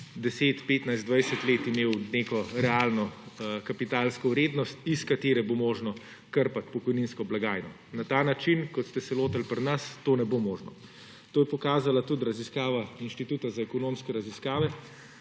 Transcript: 10, 15, 20 let imel neko realno kapitalsko vrednost iz katere bo možno krpati pokojninsko blagajno. Na ta način, kot ste se lotili pri nas, to ne bo možno. To je pokazala tudi raziskava Inštituta za ekonomske raziskave.